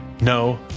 no